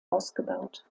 ausgebaut